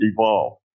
evolve